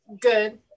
good